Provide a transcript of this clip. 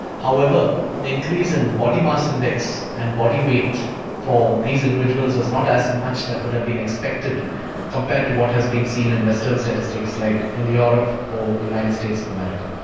however the increase in body mass index and body weight for these individuals was not as much that would have been expected compared to what has been seen in western statistics like in ah europe or the united states of america.